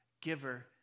giver